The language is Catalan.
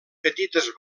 petites